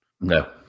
No